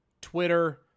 Twitter